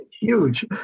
Huge